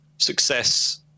Success